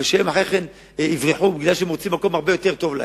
ושהם אחר כך יברחו בגלל שהם מוצאים מקום הרבה יותר טוב.